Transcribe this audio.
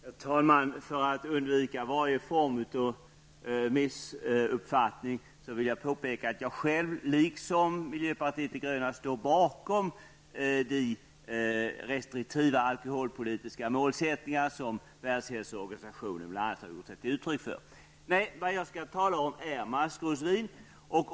Herr talman! För att undvika varje form av missuppfattning vill jag påpeka att jag själv, liksom miljöpartiet de gröna, står bakom de restriktiva alkoholpolitiska målsättningar som bl.a. världshälsoorganisationen har uttryckt. Det jag skall tala om är maskrosvin.